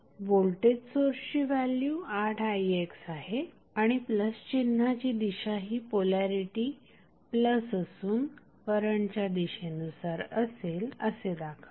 voltage सोर्सची value 8ixअसेल आणि प्लस चिन्हाची दिशा ही पोलॅरिटी प्लस असुन करंटच्या दिशेनुसार असेल असे दाखवते